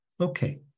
okay